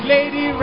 Lady